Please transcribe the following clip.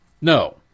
No